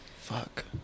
Fuck